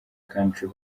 country